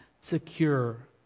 secure